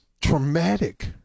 traumatic